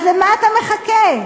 אז לְמה אתה מחכה?